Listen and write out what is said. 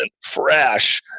fresh